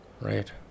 right